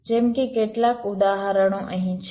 જેમ કે કેટલાક ઉદાહરણો અહીં છે